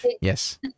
Yes